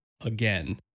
again